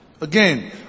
Again